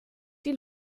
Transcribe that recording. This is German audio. die